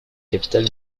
capital